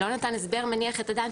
"לא נתן הסבר מניח את הדעת",